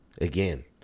Again